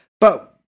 But-